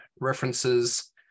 references